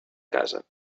casa